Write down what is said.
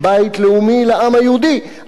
על-פי הדין הבין-לאומי.